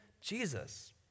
Jesus